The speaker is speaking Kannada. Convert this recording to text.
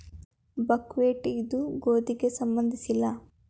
ಬಕ್ಹ್ವೇಟ್ ಇದು ಗೋಧಿಗೆ ಸಂಬಂಧಿಸಿಲ್ಲ